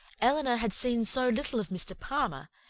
elinor had seen so little of mr. palmer,